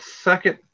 second